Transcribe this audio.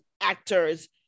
actors